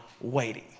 waiting